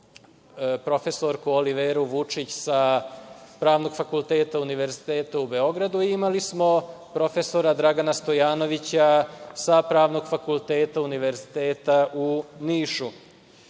prof. Oliveru Vučić, sa Pravnog fakulteta Univerziteta u Beogradu i imali smo prof. Dragana Stojanovića, sa Pravnog fakulteta Univerziteta u